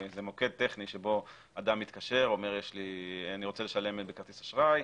וזה מוקד טכני שאדם מתקשר ואומר שהוא רוצה לשלם בכרטיס אשראי,